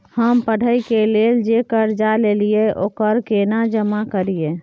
हम पढ़े के लेल जे कर्जा ललिये ओकरा केना जमा करिए?